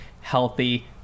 healthy